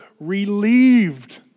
relieved